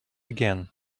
again